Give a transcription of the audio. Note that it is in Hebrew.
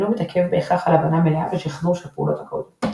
ואינו מתעכב בהכרח על הבנה מלאה ושחזור של פעולת הקוד.